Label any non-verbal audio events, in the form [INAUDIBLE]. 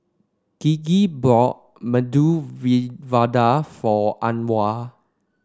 Gigi bought Medu [UNINTELLIGIBLE] Vada for Anwar